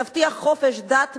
תבטיח חופש דת,